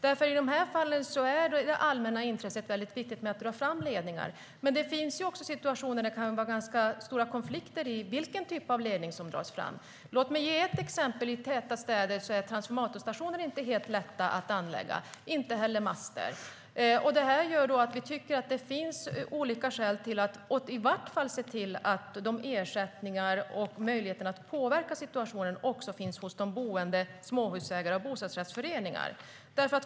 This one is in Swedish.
I de här fallen är nämligen det allmänna intresset av att dra ledningar väldigt stort, men det finns också situationer där det kan bli ganska stora konflikter om vilken typ av ledning som dras fram. Låt mig ge ett exempel: I täta städer är transformatorstationer inte helt lätta att anlägga, och inte heller master. Det gör att vi tycker att det finns olika skäl att i varje fall se till att ersättningar och möjligheten att påverka situationen också finns hos de boende, hos småhusägare och hos bostadsrättsföreningar.